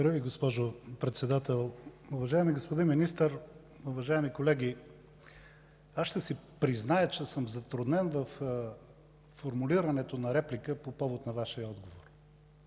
Благодаря, госпожо Председател. Уважаеми господин Министър, уважаеми колеги! Ще си призная, че съм затруднен във формулирането на реплика по повод на Вашия отговор.